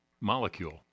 molecule